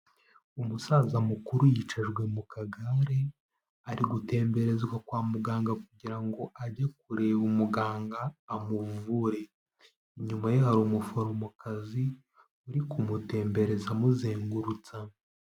Umusaza mukuru yicajwe mu kagare, ari gutemberezwa kwa muganga kugira ngo ajye kureba umuganga amuvure, inyuma ye hari umuforomokazi uri kumutembereza amuzengurutsa.